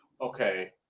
Okay